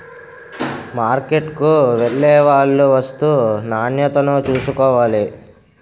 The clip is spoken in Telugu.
మార్కెట్కు వెళ్లేవాళ్లు వస్తూ నాణ్యతను చూసుకోవాలి